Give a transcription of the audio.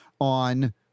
on